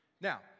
Now